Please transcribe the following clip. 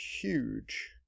huge